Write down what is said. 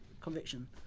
conviction